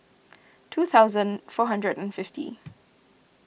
two thousand four hundred and fifty